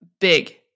big